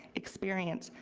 experience,